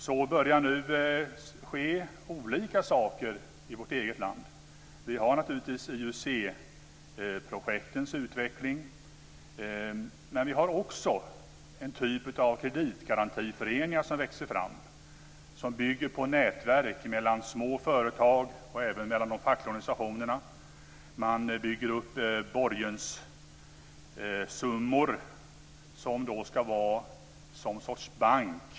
Det börjar nu ske olika saker i vårt eget land. Vi har naturligtvis IUC-projektens utveckling. Men det växer också fram en typ av kreditgarantiföreningar, som bygger på nätverk mellan små företag och även mellan de fackliga organisationerna. Man bygger upp borgenssummor, och det här ska då vara som en sorts bank.